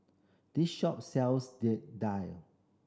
this shop sells daal